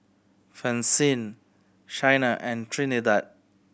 Francine Chyna and Trinidad